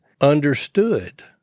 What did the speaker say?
understood